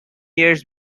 years